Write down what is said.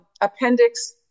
appendix